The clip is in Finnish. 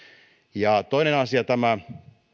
toimii toinen asia tämä